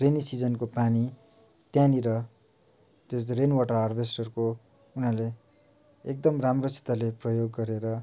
rainy सिजनको पानी त्यहाँनिर त्यस्तो रेन वाटर हार्भेस्टहरूको उनीहरूले एकदम राम्रोसित प्रयोग गरेर